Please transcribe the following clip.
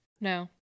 No